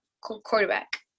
quarterback